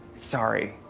sorry.